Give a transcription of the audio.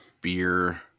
beer